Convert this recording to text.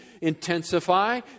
intensify